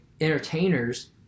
entertainers